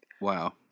Wow